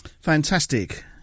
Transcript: Fantastic